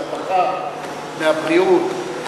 מהרווחה, מהבריאות?